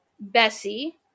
Bessie